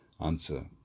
Answer